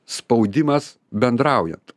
spaudimas bendraujant